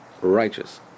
righteous